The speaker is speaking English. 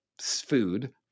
food